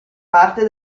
parte